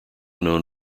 known